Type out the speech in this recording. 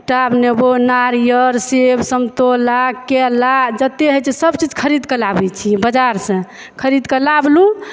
टाभ नेबो नारियल सेब संतोला केला जतय होइ छै सब चीज़ ख़रीद के लाबै छियै बजार सॅं ख़रीद कऽ लयलहुॅं